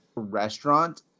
restaurant